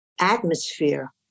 atmosphere